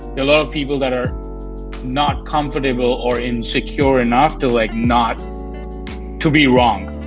a lot of people that are not comfortable or insecure enough to like not to be wrong.